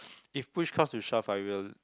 if push comes to shove I will